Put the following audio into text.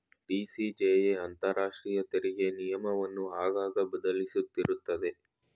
TCJA ಅಂತರಾಷ್ಟ್ರೀಯ ತೆರಿಗೆ ನಿಯಮವನ್ನು ಆಗಾಗ ಬದಲಿಸುತ್ತಿರುತ್ತದೆ